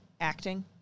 acting